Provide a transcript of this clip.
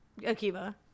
Akiva